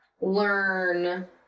learn